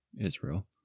Israel